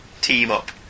team-up